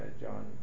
John